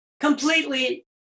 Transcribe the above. completely